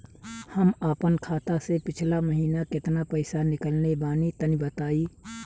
हम आपन खाता से पिछला महीना केतना पईसा निकलने बानि तनि बताईं?